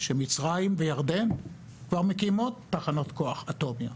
שמצרים וירדן כבר מקימות תחנות כוח אטומיות.